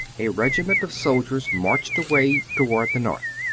a regiment of soldiers marched away toward the north.